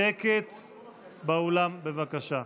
בבקשה.